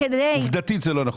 עובדתית.